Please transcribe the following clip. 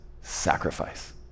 sacrifice